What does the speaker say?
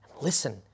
Listen